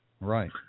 Right